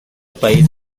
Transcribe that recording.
país